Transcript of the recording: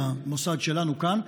למוסד שלנו כאן,